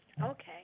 Okay